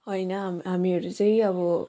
हैन हाम् हामीहरू चाहिँ अब